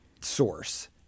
source